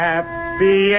Happy